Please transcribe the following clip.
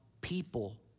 people